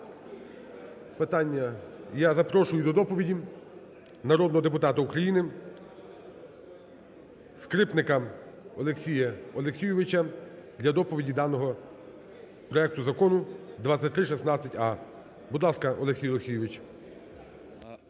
Я запрошую до доповіді народного депутата України Скрипника Олексія Олексійовича для доповіді даного проекту Закону 2316а. Будь ласка, Олексій Олексійович.